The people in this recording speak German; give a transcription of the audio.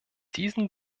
diesen